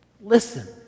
Listen